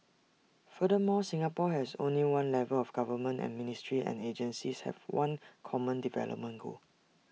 furthermore Singapore has only one level of government and ministries and agencies have one common development goal